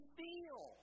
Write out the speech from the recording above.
feel